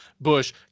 Bush